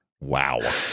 wow